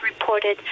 reported